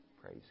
Praise